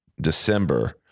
December